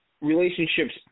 relationships